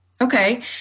Okay